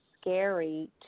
scary